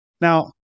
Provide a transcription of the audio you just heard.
Now